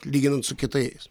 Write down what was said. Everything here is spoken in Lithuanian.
lyginant su kitais